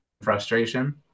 frustration